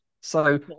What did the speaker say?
So-